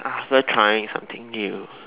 after trying something new